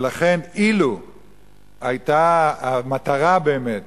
ולכן, אילו היתה המטרה באמת